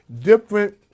different